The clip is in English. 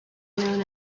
known